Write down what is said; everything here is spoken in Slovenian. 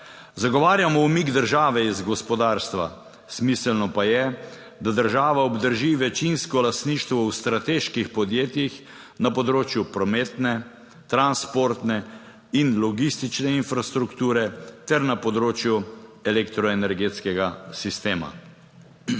Zagovarjamo umik države iz gospodarstva. Smiselno pa je, da država obdrži večinsko lastništvo v strateških podjetjih na področju prometne, transportne in logistične infrastrukture ter na področju elektroenergetskega sistema.